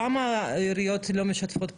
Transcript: למה העיריות לא משתפות פעולה?